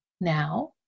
now